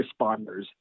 responders